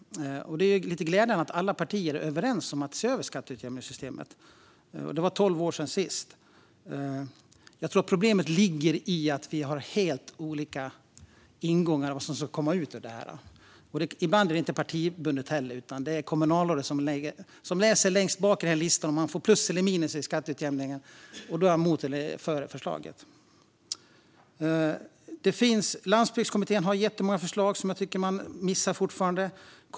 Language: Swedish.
Det är glädjande att alla partier är överens om att se över skatteutjämningssystemet. Det var tolv år sedan sist. Jag tror att problemet ligger i att vi har helt olika ingångar när det gäller vad som ska komma ut av detta. Ibland är det inte heller partibundet, utan kommunalrådet läser längst bak i listan om det blir plus eller minus i skatteutjämningen och är därmed för eller emot förslaget. Landsbygdskommittén har jättemånga förslag som jag tycker att man fortfarande missar.